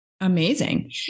Amazing